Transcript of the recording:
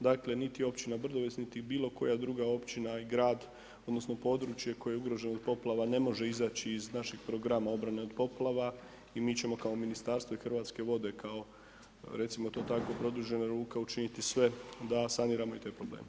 Dakle, niti Općina Brdovec, niti bilo koja druga općina i grad odnosno područje koje ugroženo od poplava, ne može izaći iz naših programa obrane od poplava i mi ćemo kao Ministarstvo i Hrvatske vode kao, recimo to tako, produžena ruka, učiniti sve da saniramo i te probleme.